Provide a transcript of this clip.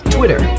Twitter